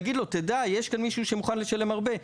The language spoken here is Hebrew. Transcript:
להגיד לו: תדע שיש כאן מישהו שמוכן לשלם הרבה.